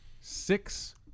six